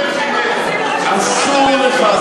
אסור לך.